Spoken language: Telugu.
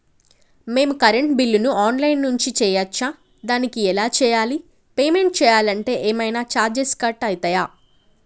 మేము కరెంటు బిల్లును ఆన్ లైన్ నుంచి చేయచ్చా? దానికి ఎలా చేయాలి? పేమెంట్ చేయాలంటే ఏమైనా చార్జెస్ కట్ అయితయా?